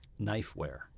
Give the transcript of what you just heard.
Knifeware